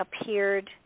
appeared